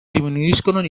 diminuiscono